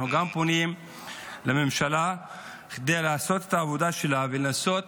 אנו פונים לממשלה לעשות את העבודה שלה ולנסות